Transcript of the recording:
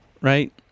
right